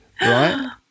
Right